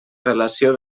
relació